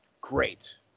great